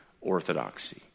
orthodoxy